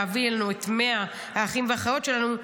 להביא את 100 האחים והאחיות שלנו,